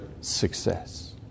success